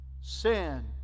Sin